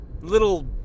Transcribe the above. little